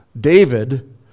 David